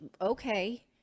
okay